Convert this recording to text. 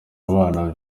abana